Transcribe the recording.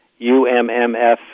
UMMF